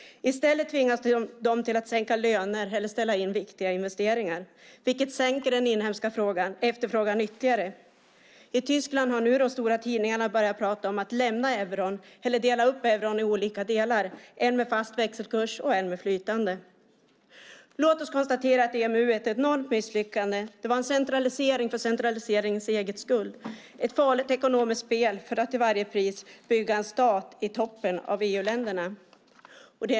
I stället tvingas de att sänka löner eller ställa in viktiga investeringar vilket sänker den inhemska efterfrågan ytterligare. I Tyskland har nu de stora tidningarna börjat prata om att lämna euron eller dela upp euron i olika delar - en med fast växelkurs och en med flytande. Låt oss konstatera att EMU är ett enormt misslyckande. Det var en centralisering för centraliseringens egen skull, ett farligt ekonomiskt spel för att till varje pris bygga en stat i toppen av EU-länderna.